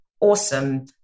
Awesome